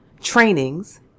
trainings